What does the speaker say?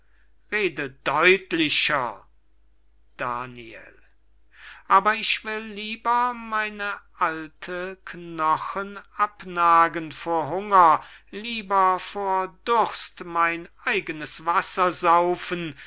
rede deutlicher daniel aber ich will lieber meine alten knochen abnagen vor hunger lieber vor durst mein eigenes wasser saufen